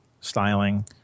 styling